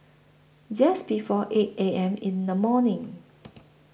Just before eight A M in The morning